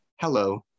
Hello